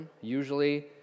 usually